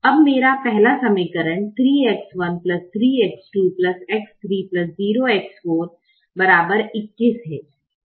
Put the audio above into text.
अब मेरा पहला समीकरण 3X13X2X30X4 21 है